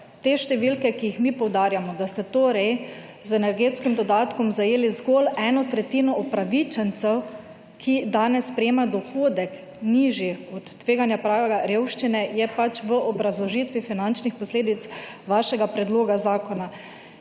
te številke, ki jih mi poudarjamo, da sta torej z energetskim dodatkom zajeli zgolj eno tretjino upravičencev, ki danes sprejema dohodek nižji od tveganja praga revščine je pač v obrazložitvi finančnih posledic vašega predloga zakona.